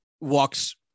walks